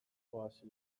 oasi